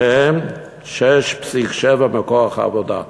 שהם 6.7% מכוח העבודה.